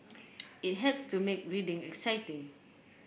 it helps to make reading exciting